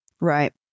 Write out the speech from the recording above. Right